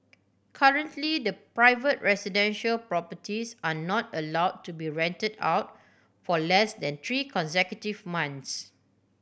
currently private residential properties are not allowed to be rented out for less than three consecutive months